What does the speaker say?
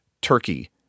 turkey